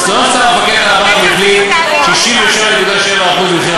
לא סתם המפקח על הבנקים החליט על 66.7% ממחיר